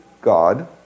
God